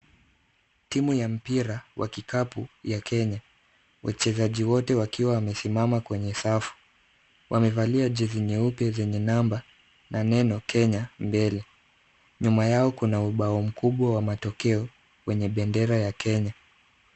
Timu ya mpira wa kikapu ya Kenya, wachezaji wote wakiwa wamesimama kwenye safu. Wamevalia jezi nyeupe zenye namba na neno Kenya mbele. Nyuma yao kuna ubao mkubwa wa matokeo wenye bendera ya Kenya.